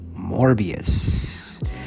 Morbius